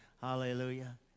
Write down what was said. Hallelujah